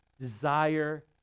desire